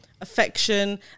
affection